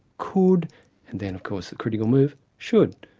could and then of course the critical move should,